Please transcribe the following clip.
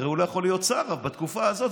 והוא לא יכול להיות שר בתקופה הזאת.